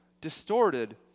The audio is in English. distorted